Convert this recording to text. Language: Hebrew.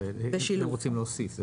את רוצה להוסיף.